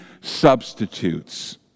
substitutes